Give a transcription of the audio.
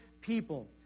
people